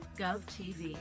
GovTV